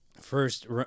first